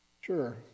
Sure